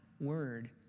word